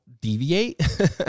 deviate